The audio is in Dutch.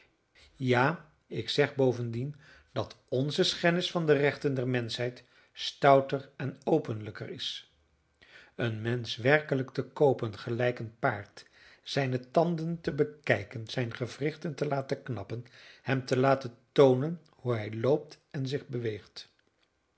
ja ik zeg bovendien dat onze schennis van de rechten der menschheid stouter en openlijker is een mensch werkelijk te koopen gelijk een paard zijne tanden te bekijken zijne gewrichten te laten knappen hem te laten toonen hoe hij loopt en zich beweegt